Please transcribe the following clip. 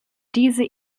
diese